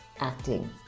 acting